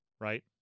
right